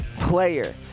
player